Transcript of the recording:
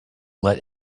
let